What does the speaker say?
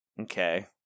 Okay